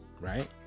right